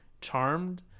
Charmed